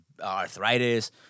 arthritis